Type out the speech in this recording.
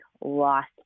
lost